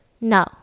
No